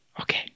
Okay